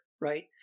right